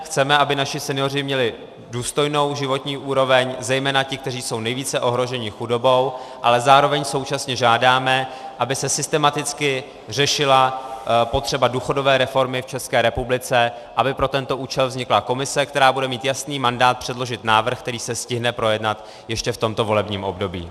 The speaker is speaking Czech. Chceme, aby naši senioři měli důstojnou životní úroveň, zejména ti, kteří jsou nejvíce ohroženi chudobou, ale zároveň současně žádáme, aby se systematicky řešila potřeba důchodové reformy v České republice, aby pro tento účel vznikla komise, která bude mít jasný mandát předložit návrh, který se stihne projednat ještě v tomto volebním období.